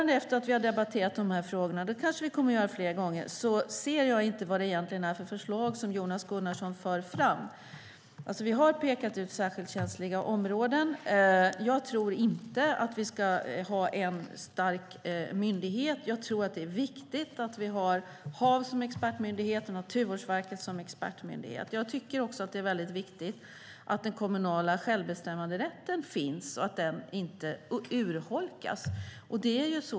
Efter att vi debatterat dessa frågor kan jag fortfarande inte uppfatta vilka förslag Jonas Gunnarsson egentligen för fram. Vi har pekat ut särskilt känsliga områden. Jag tror inte att vi ska ha en enda stark myndighet. Jag tror att det är viktigt att vi har HaV som expertmyndighet och Naturvårdsverket som expertmyndighet. Jag tycker att det är viktigt att den kommunala självbestämmanderätten finns och inte urholkas.